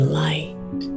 light